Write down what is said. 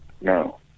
No